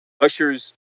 Usher's